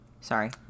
Sorry